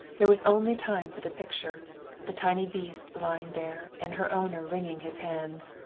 there was only time for the picture the tiny beast lying there and her owner wringing his hands.